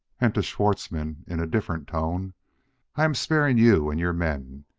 and to schwartzmann, in a different tone i am sparing you and your men.